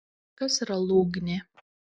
kas yra lūgnė